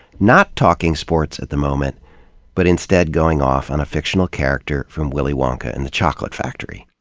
not talking sports at the moment but instead going off on a fictional character from willy wonka and the chocolate factory.